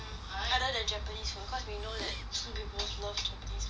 other than japanese food cause we know that we both love japanese food